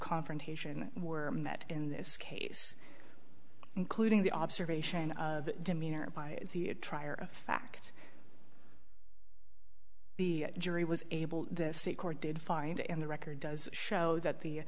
confrontation were met in this case including the observation of demeanor by the trier of fact the jury was able the state court did find it and the record does show that the